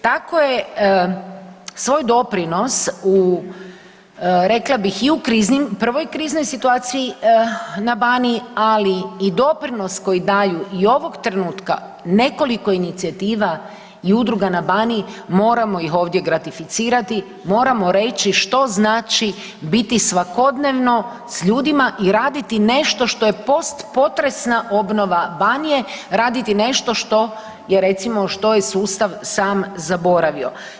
Tako je svoj doprinos u, rekla bih, i u kriznim, prvoj kriznoj situaciji na Baniji, ali i doprinos koji daju i ovog trenutka nekoliko inicijativa i udruga na Baniji, moramo ih ovdje gratificirati, moramo reći što znači biti svakodnevno s ljudima i raditi nešto što je post potresna obnova Banije, raditi nešto što je recimo, što je sustav sam zaboravio.